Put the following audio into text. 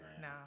No